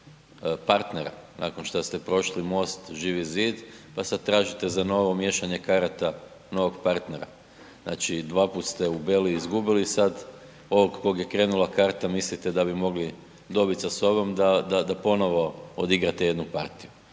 partnera nakon što ste prošli MOST, Živi zid, pa sad tražite za novo miješanje karata novog partnera. Znači dvaput ste u Beli izgubili, sad ovog kog je krenula karta mislite da bi mogli dobit sa ovom da ponovo odigrate jednu partiju.